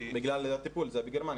כי הטיפול בגרמניה.